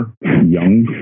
young